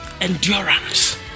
endurance